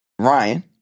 Ryan